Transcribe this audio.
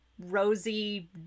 rosy